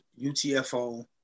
UTFO